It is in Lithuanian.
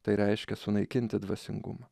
tai reiškia sunaikinti dvasingumą